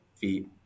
feet